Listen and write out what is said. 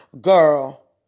girl